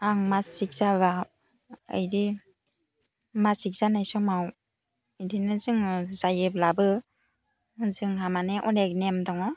आं मासिक जाबा बिदि मासिक जानाय समाव बिदिनो जोङो जायोब्लाबो जोंहा माने अनेक नेम दङ